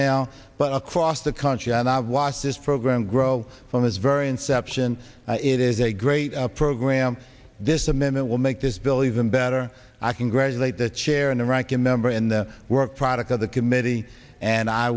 now but across the country and i've watched this program grow from his very inception it is a great program this amendment will make this believe them better i congratulate the chair and the ranking member in the work product of the committee and i